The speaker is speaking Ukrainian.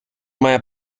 має